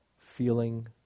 feeling